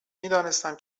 میدانستم